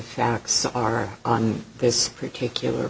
facts are on this particular